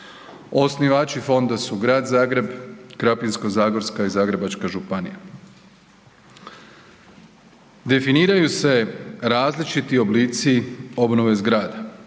Osnivači fonda su Grad Zagreb, Krapinsko-zagorska i Zagrebačka županija. Definiraju se različiti oblici obnove zgrada,